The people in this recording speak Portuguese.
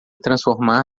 transformar